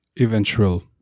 eventual